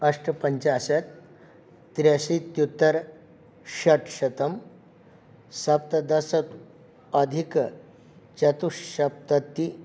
अष्टपञ्चाशत् त्र्यशीत्युत्तरषट्शतम् सप्तदश अधिकचतुस्सप्ततिः